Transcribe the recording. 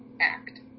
act